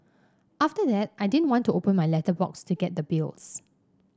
after that I didn't want to open my letterbox to get the bills